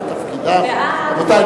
רבותי,